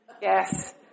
Yes